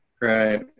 right